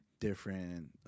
different